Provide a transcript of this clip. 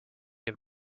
have